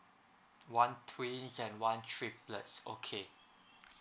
one twin and one trip let's okay